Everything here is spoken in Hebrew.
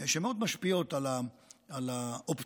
שמאוד משפיעות על האופטימיות,